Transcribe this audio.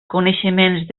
coneixements